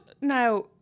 now